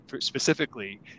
specifically